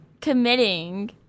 committing